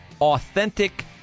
authentic